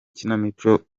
ikinamico